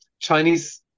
Chinese